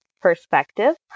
perspective